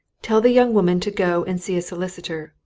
tell the young woman to go and see a solicitor,